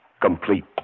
complete